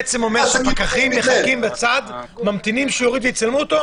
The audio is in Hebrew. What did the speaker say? אומר, שהפקחים ממתינים בצד שיוריד ויצלמו אותו?